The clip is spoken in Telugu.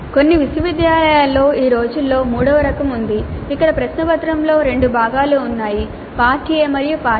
కొన్ని విశ్వవిద్యాలయాలలో ఈ రోజుల్లో 3 వ రకం ఉంది ఇక్కడ ప్రశ్నపత్రంలో రెండు భాగాలు ఉన్నాయి పార్ట్ A మరియు పార్ట్ B